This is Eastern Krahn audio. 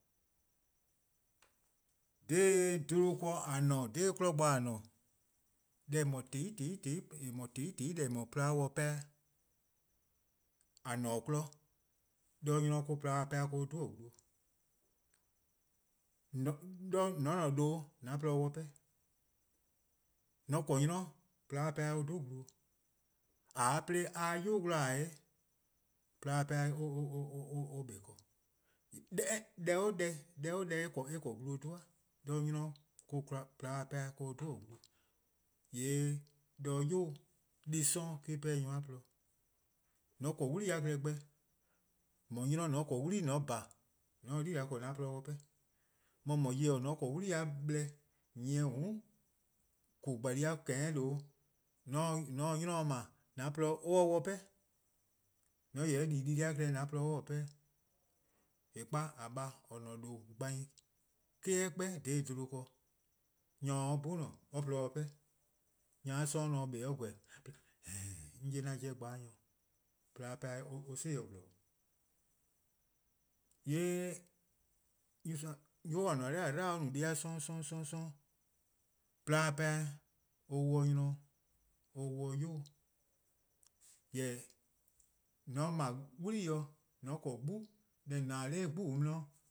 Dha 'bluhba ken :a :ne-a, dha, 'kmo bo :a :ne-a, deh :eh :mor :tehn 'i :tehn 'i :tehn 'i eh :mor :tehn 'i :tehn 'i :deh :eh no-a :porluh-a dih 'pehn-eh :a :ne-dih-a 'kmo, 'de 'nynor bo 'de :porluh-a 'pehn-a 'dhu-dih-eh: glu. :mor :on :ne :due' an :porluh :se-dih 'pehn. :mor :on :korn 'nynor :yee' :porluh-a dih 'pehn-eh 'dhu-eh glu, :ae' 'de a 'ye 'yu 'wluh :ae', :yee' :porluh-a dih 'pehn-a or 'kpa ken. deh 'o deh, deh 'o deh eh 'ble glu 'dhu :da, 'de 'nynor-' 'de :poeluh-a dih 'pehn-eh 'dhju-dih-eh: glu. :yee' 'de 'yu-'. Deh+ 'sororn' me-: pehn-dih nyor-a :porluh-dih. :mor :on 'ble 'wlii-a klehkpeh, :mor 'nynor :mor :on 'wlii :on bhan, :mor :on se yibeor 'ble 'an-a' :porluh :se-' dih 'pehn. Neh :mor nyor-kpalu :mor :on 'ble 'wlii-a blor nyieh, :mm', :koo: :gbalie:+-a :kehehn' :due' :mor :on se 'nynor 'ble :an-a' :porluh se-dih 'pehn. :an :yeh di dii-deh+-a klehkpeh :an :porluh-a 'pehn-dih. :eh 'kpa :a :baa' :or :ne-a :due' gbai, :kaa eh 'kpa dha 'bluhba ken. Nyor se 'o or 'bhun :ne, or :porluh se-dih 'pehn, nyor-a 'sororn' kpao' :weh 'de or no :heen:, 'on 'ye-a 'jeh bo :weh 'o :porluh-a dih 'pehn-eh 'si-dih :gwlor 'o. :yee' 'yu :or :ne-a 'nor :a 'dlu or no deh-a 'sororn', 'sororn', 'sororn'. :porluh-a dih 'pehn-eh 'wluh 'de 'nynor-', or 'wluh 'yu-'. Jorwor :mor :on 'ble 'wlii, :mor :on :korn 'gbu, deh :on :ne-a 'nor 'gbu :daa 'di